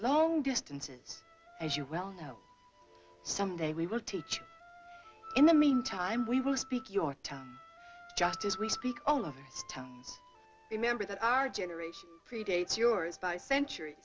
long distances as you well know someday we will teach in the mean time we will speak your tongue just as we speak all of us remember that our generation predates yours by centur